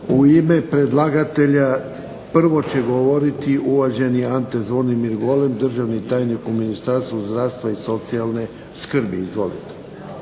U ime predlagatelja prvo će govoriti uvaženi Ante Zvonimir Golem, državni tajnik u Ministarstvu zdravstva i socijalne skrbi. Izvolite.